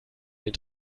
den